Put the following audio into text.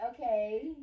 okay